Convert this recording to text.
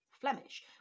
Flemish